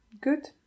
Good